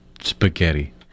spaghetti